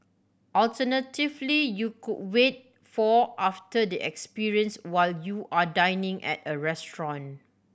alternatively you could wait for after the experience while you are dining at a restaurant